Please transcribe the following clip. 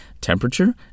temperature